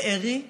בארי תישרפו.